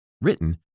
Written